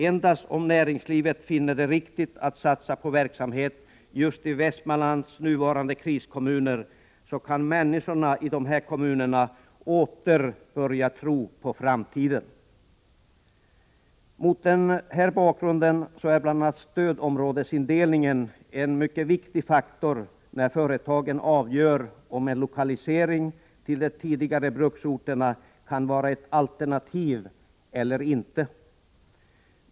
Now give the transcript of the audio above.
Endast om näringslivet finner det riktigt att satsa på verksamhet just i Västmanlands nuvarande kriskommuner, kan människorna i dessa kommuner åter börja tro på framtiden. Mot denna bakgrund är bl.a. stödområdesindelningen en mycket viktig faktor när företagen avgör om en lokalisering till de tidigare bruksorterna kan vara ett alternativ eller inte.